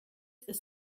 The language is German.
ist